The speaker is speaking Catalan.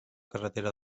carretera